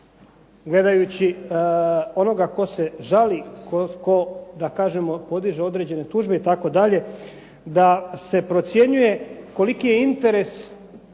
gledajući onoga tko se žali, tko da kažemo podiže određene tužbe itd. da se procjenjuje koliki je interes